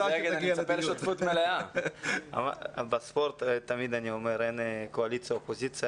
אומר שבספורט אין קואליציה ואופוזיציה.